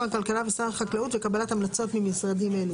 משרד הבריאות רשאי להקפיא את ההיתר עד להסדרת הנושא.